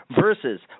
versus